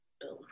boom